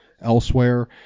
elsewhere